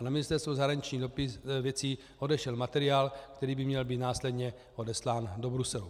Na Ministerstvo zahraničních věcí odešel materiál, který by měl být následně odeslán do Bruselu.